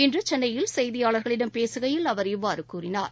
இன்றுசென்னையில் செய்தியாளர்களிடம் பேசுகையில் அவர் இவ்வாறுகூறினார்